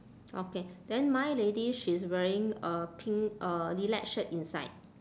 okay then my lady she's wearing a pink uh lilac shirt inside